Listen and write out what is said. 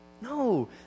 No